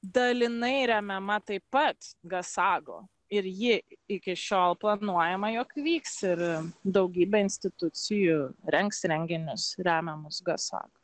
dalinai remiama taip pat gasago ir ji iki šiol planuojama jog vyks ir daugybė institucijų rengs renginius remiamus gasak